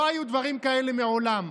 לא היו דברים כאלה מעולם.